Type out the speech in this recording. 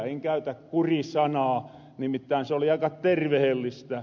en käytä kuri sanaa nimittäin se oli aika tervehellistä